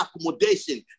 accommodation